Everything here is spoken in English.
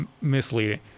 misleading